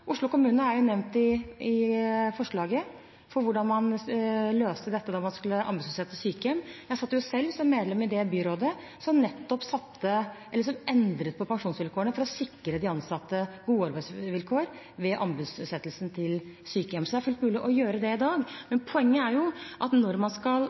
Oslo kommune er nevnt i forslaget, og hvordan man løste dette da man skulle anbudsutsette sykehjem. Jeg satt selv som medlem i det byrådet som endret på pensjonsvilkårene for å sikre de ansatte gode arbeidsvilkår ved anbudsutsettelsen til sykehjem. Så det er fullt mulig å gjøre det i dag. Men poenget er at når man skal